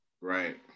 Right